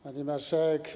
Pani Marszałek!